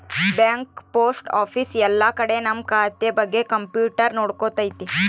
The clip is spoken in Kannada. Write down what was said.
ಬ್ಯಾಂಕ್ ಪೋಸ್ಟ್ ಆಫೀಸ್ ಎಲ್ಲ ಕಡೆ ನಮ್ ಖಾತೆ ಬಗ್ಗೆ ಕಂಪ್ಯೂಟರ್ ನೋಡ್ಕೊತೈತಿ